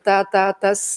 ta ta tas